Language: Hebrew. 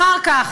אחר כך,